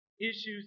issues